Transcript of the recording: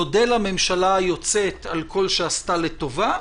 נודה לממשלה היוצאת על כל שעשתה לטובה,